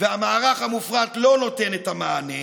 והמערך המופרט לא נותן את המענה,